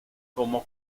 como